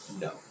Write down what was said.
No